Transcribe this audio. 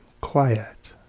quiet